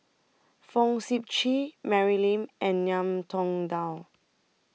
Fong Sip Chee Mary Lim and Ngiam Tong Dow